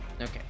Okay